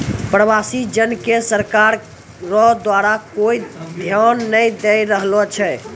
प्रवासी जन के सरकार रो द्वारा कोय ध्यान नै दैय रहलो छै